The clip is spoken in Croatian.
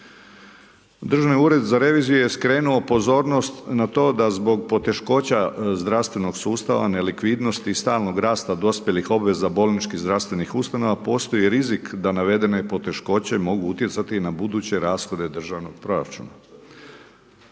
Državni ured za reviziju je skrenuo pozornost na to da zbog poteškoća zdravstvenog sustava nelikvidnosti, stalnog rasta dospjelih obveza, bolničkih zdravstvenih ustanova, postoji rizik da navedene poteškoće mogu utjecati na buduće rashode državnog proračuna.